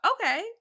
okay